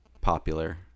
popular